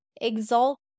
exalt